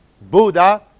Buddha